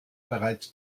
bereits